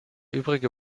übrige